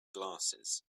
glasses